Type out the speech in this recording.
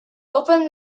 open